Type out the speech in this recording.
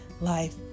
life